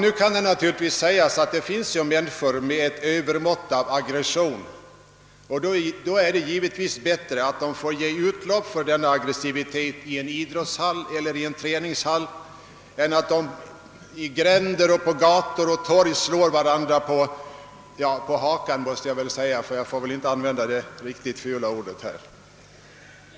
| Nu kan det naturligtvis sägas att det finns människor med ett övermått av undertryckt aggression och att det är bättre att de får utlopp för sin aggressivitet i en träningshall än att de på gator och torg och i gränder slår varandra på — hakan. Jag skall väl inte här använda det andra, fula ordet.